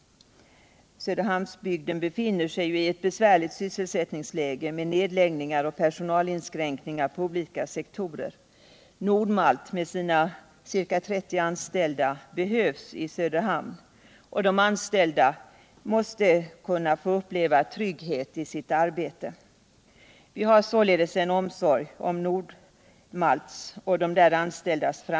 Söderhamnsbygden befinner sig i ett besvärligt sysselsättningsläge, med företagsnedläggningar och personalinskränkningar på viktiga sektorer. Nord Malt med sina ca 30 anställda behövs i Söderhamn, och de anställda måste kunna känna trygghet i sitt arbete. Vi har således en omsorg om framtiden för Nord Malt och de där anställda.